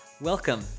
Welcome